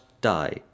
die